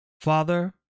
Father